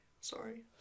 Sorry